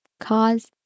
cause